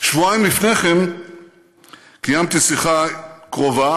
שבועיים לפני כן קיימתי שיחה קרובה